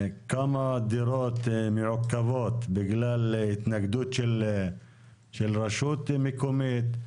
כמה דירות מעוכבות בגלל התנגדות של רשות מקומית.